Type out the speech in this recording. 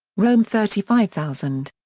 rome thirty five thousand.